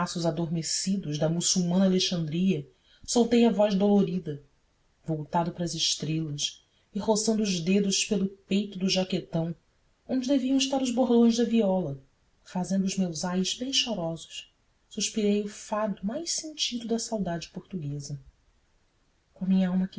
os terraços adormecidos da muçulmana alexandria soltei a voz dolorida voltado para as estrelas e roçando os dedos pelo peito do jaquetão onde deviam estar os bordões da viola fazendo os meus ais bem chorosos suspirei o fado mais sentido da saudade portuguesa coa minh'alma aqui